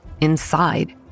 inside